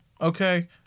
Okay